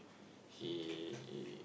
he he